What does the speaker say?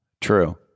True